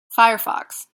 firefox